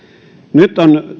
nyt on